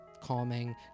calming